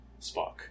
Spock